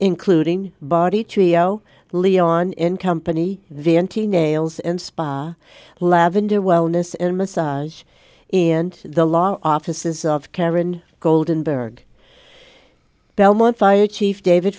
including body trio leon in company van t nails and spa lavender wellness in massage and the law offices of cameron goldenberg belmont fire chief david